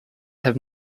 have